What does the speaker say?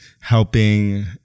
helping